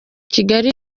kigali